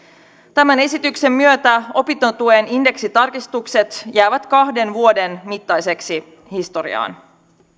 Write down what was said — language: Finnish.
tämän esityksen myötä opintotuen indeksitarkistukset jäävät kahden vuoden mittaiseksi ajaksi historiaan